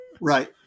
Right